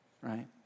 right